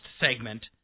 segment